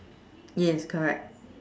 yes correct